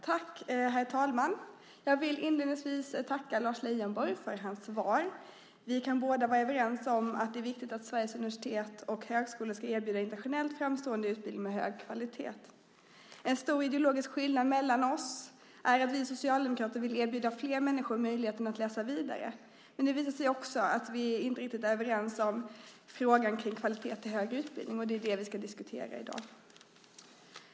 Herr talman! Jag vill inledningsvis tacka Lars Leijonborg för hans svar. Vi kan båda vara överens om att det är viktigt att Sveriges universitet och högskolor ska erbjuda internationellt framstående utbildning med hög kvalitet. En stor ideologisk skillnad mellan oss är att vi socialdemokrater vill erbjuda fler människor möjligheten att läsa vidare. Men det visar sig också att vi inte riktigt är överens om frågan om kvalitet i högre utbildning. Det är vad vi ska diskutera i dag.